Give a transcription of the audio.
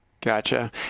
Gotcha